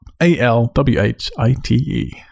A-L-W-H-I-T-E